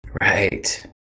Right